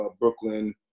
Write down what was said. Brooklyn